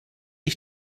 ich